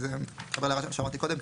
כמו שאמרתי קודם,